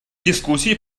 дискуссии